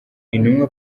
intumwa